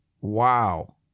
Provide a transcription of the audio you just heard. Wow